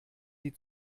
die